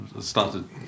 started